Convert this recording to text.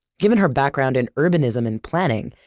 given her background in urbanism and planning,